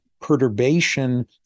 perturbation